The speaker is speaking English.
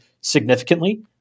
significantly